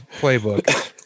playbook